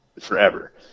forever